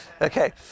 okay